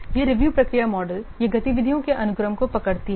यह रिव्यू प्रक्रिया मॉडल यह गतिविधियों के अनुक्रम को पकड़ती है